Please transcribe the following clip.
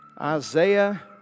Isaiah